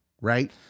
right